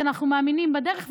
כי אנחנו מאמינים בדרך,